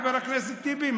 חבר הכנסת טיבי?